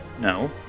No